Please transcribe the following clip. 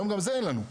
היום גם זה אין לנו.